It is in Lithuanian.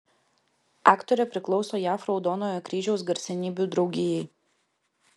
aktorė priklauso jav raudonojo kryžiaus garsenybių draugijai